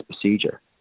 procedure